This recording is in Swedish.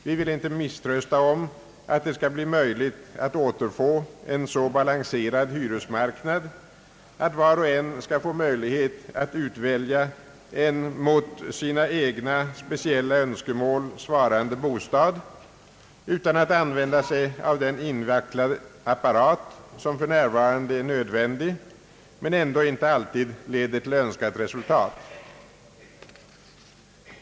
Vi vill inte misströsta om att det skall bli möjligt att återfå en så balanserad hyresmarknad, att var och en skall få möjlighet att utvälja en mot sina egna speciella önskemål svarande bostad utan att använda sig av den invecklade apparat, som för närvarande är nödvändig men ändå inte alltid leder till önskat resultat.